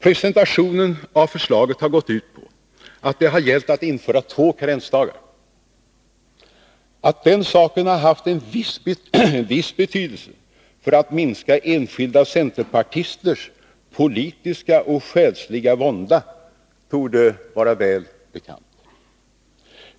Presentationen av förslaget har gått ut på att det gällt att införa två Nr 156 karensdagar. Att den saken har haft en viss betydelse när det gällt att minska enskilda centerpartisters politiska och själsliga vånda torde vara väl bekant.